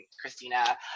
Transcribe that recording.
christina